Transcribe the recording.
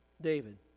David